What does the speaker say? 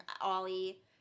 Ollie